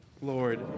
Lord